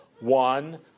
one